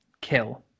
kill